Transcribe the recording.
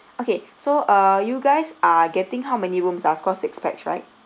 okay so uh you guys are getting how many rooms ah cause six pax right